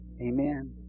Amen